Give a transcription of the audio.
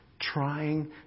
trying